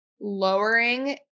lowering